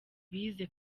bize